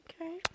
Okay